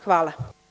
Hvala.